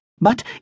but